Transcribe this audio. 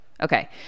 Okay